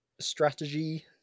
strategy